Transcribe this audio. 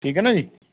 ਠੀਕ ਹੈ ਨਾ ਜੀ